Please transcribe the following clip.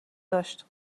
داشت